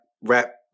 rap